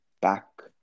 back